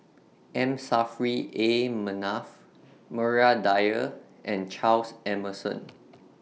M Saffri A Manaf Maria Dyer and Charles Emmerson